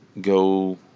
go